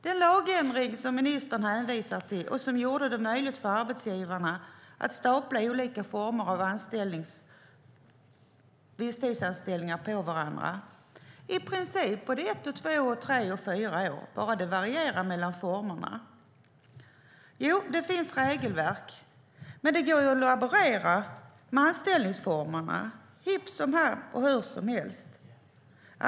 Den lagändringen, som ministern hänvisar till, gjorde det möjligt för arbetsgivarna att stapla olika former av visstidsanställningar på varandra, i princip ett, två, tre eller fyra år - bara det varierar mellan formerna. Jo, det finns regelverk, men det går att laborera med anställningsformerna hipp som happ och hur som helst.